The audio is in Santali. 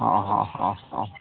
ᱦᱮᱸ ᱦᱮᱸ ᱦᱮᱸ ᱦᱮᱸ